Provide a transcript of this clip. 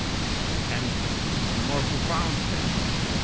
and in a more profound sense,